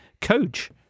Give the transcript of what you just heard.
coach